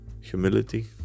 humility